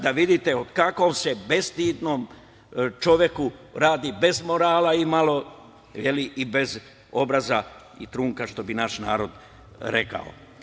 Da vidite o kakvom se bestidnom čoveku radi, bez morala i bez obraza i trunka, što bi naš narod rekao.